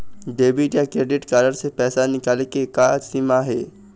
Debit या credit card से पैसा निकाले के का सीमा हे?